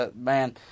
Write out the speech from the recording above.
Man